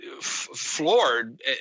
floored